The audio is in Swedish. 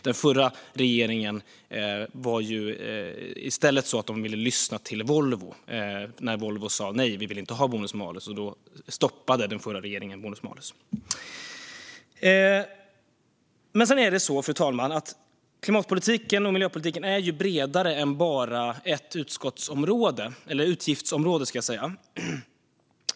Den förra regeringen ville i stället lyssna till Volvo när de sa: Nej, vi vill inte ha bonus malus! Då stoppade den förra regeringen systemet. Fru talman! Klimatpolitiken och miljöpolitiken är dock bredare än bara ett utgiftsområde.